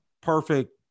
perfect